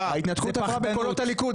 ההתנתקות עברה בקולות הליכוד.